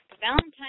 Valentine